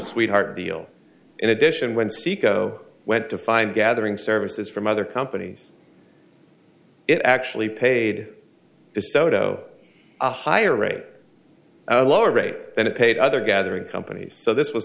sweetheart deal in addition when saeco went to find gathering services from other companies it actually paid desoto a higher rate lower rate than it paid other gathering companies so this was